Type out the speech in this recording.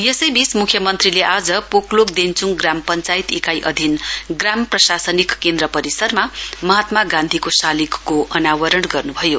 यसैबीच म्ख्यमन्त्रीले आज पोक्लोक देन्च्ङ ग्राम पञ्चायत इकाइ अधिन ग्राम प्रशासनिक केन्द्र परिसरमा महात्मा गान्धीको शालिगको अनावरण गर्नुभयो